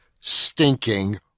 stinking